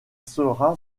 sera